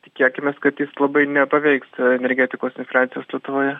tikėkimės kad jis labai nepaveiks energetikos infliacijos lietuvoje